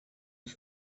was